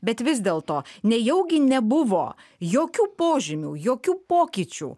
bet vis dėlto nejaugi nebuvo jokių požymių jokių pokyčių